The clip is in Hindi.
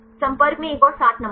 संपर्क में 1 और 7 नं